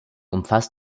umfasst